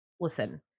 listen